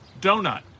Donut